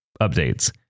updates